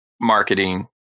marketing